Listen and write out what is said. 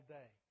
day